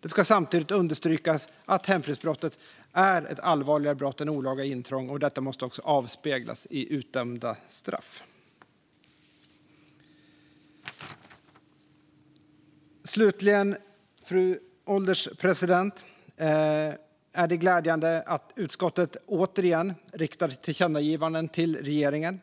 Det ska samtidigt understrykas att hemfridsbrottet är ett allvarligare brott än olaga intrång. Detta måste också avspeglas i utdömda straff. Fru ålderspresident! Slutligen är det glädjande att utskottet återigen riktar tillkännagivanden till regeringen.